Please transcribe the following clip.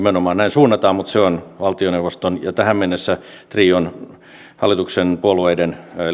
suunnataan mutta se on valtioneuvoston ja tähän mennessä trion hallituksen puolueiden